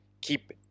keep